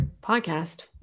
podcast